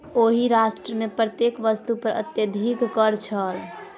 ओहि राष्ट्र मे प्रत्येक वस्तु पर अत्यधिक कर छल